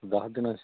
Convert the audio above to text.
ਦਸ ਦਿਨਾਂ 'ਚ